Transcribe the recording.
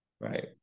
Right